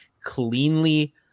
cleanly